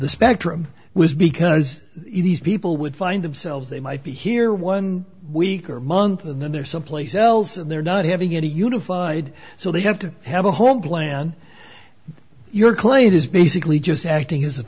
the spectrum was because these people would find themselves they might be here one week or month and then there someplace else and they're not having any unified so they have to have a home plan your claim is basically just acting as